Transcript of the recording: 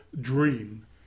dream